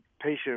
patient